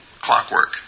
clockwork